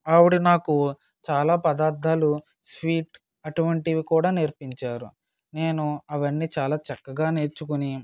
ఆవిడ నాకు చాలా పదార్ధాలు స్వీట్ అటువంటివి కూడా నేర్పించారు నేను అవన్నీ చాలా చక్కగా నేర్చుకుని